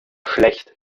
schlecht